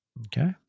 okay